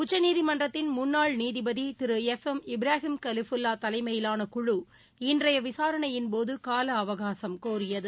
உச்சநீதிமன்றத்தின் முன்னாள் நீதிபதி திரு எப் எம் இப்ராஹிம் கலிஃபுல்வா தலைமையிவான குழு இன்றைய விசாரணையின்போது கால அவகாசம் கோரியது